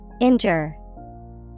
Injure